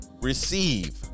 receive